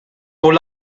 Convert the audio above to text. con